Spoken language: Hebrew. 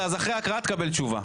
בסדר, אז אחרי ההקראה תקבל תשובה.